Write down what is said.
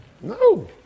no